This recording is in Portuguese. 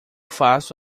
faço